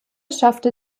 schaffte